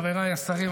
חבריי השרים,